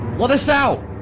let us out!